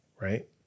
right